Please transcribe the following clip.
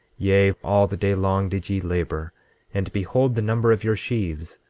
yea, all the day long did ye labor and behold the number of your sheaves!